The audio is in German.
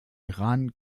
iran